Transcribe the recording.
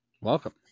Welcome